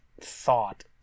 Thought